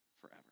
forever